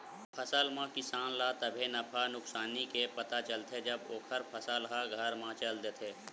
फसल म किसान ल तभे नफा नुकसानी के पता चलथे जब ओखर फसल ह घर म चल देथे